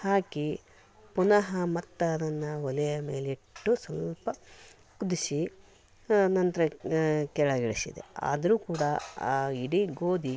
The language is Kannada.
ಹಾಕಿ ಪುನಃ ಮತ್ತೆ ಅದನ್ನು ಒಲೆಯ ಮೇಲಿಟ್ಟು ಸ್ವಲ್ಪ ಕುದಿಸಿ ಅನಂತರ ಕೆಳಗಿಳಿಸಿದೆ ಆದರೂ ಕೂಡ ಆ ಇಡೀ ಗೋಧಿ